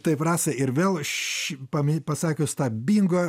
taip rasa ir vėl ši pamė pasakius tą bingo